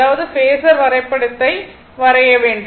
அதாவது பேஸர் வரைபடத்தை வரைய வேண்டும்